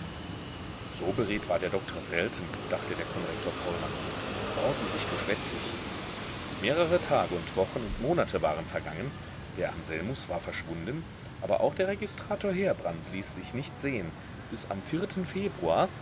so beredt war der doktor selten dachte der konrektor paulmann ordentlich geschwätzig mehrere tage und wochen und monate waren vergangen der anselmus war verschwunden aber auch der registrator heerbrand ließ sich nicht sehen bis am vierten februar